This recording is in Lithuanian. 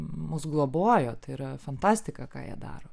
mus globojo tai yra fantastika ką jie daro